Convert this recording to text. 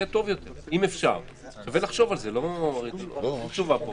אני מבין לחלוטין שזו לא חלוקה דיכוטומית חדה